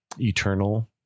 eternal